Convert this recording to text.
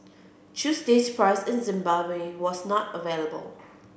Tuesday's price in Zimbabwe was not available